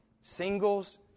Singles